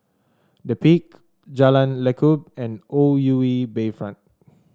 The Peak Jalan Lekub and O U E Bayfront